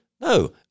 no